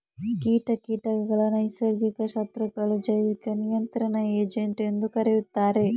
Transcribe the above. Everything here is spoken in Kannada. ಕೀಟ ಕೀಟಗಳ ನೈಸರ್ಗಿಕ ಶತ್ರುಗಳು, ಜೈವಿಕ ನಿಯಂತ್ರಣ ಏಜೆಂಟ್ ಎಂದೂ ಕರೆಯುತ್ತಾರೆ